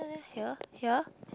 here here